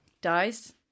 dies